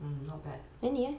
not bad